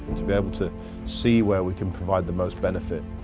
to be able to see where we can provide the most benefit.